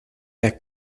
their